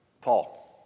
Paul